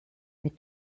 mit